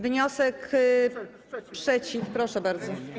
Wniosek przeciw, proszę bardzo.